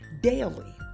daily